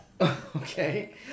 Okay